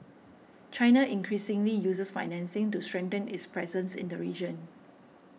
China increasingly uses financing to strengthen its presence in the region